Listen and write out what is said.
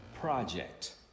project